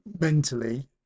mentally